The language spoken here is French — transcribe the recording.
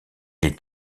est